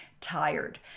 tired